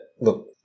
look